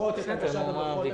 לדחות את הגשת הדוחות הכספיים.